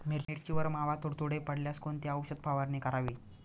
मिरचीवर मावा, तुडतुडे पडल्यास कोणती औषध फवारणी करावी?